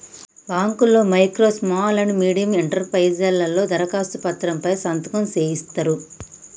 బాంకుల్లో micro small and medium enterprises లలో దరఖాస్తు పత్రం పై సంతకం సేయిత్తరు